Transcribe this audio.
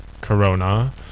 Corona